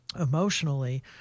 emotionally